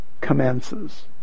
commences